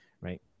right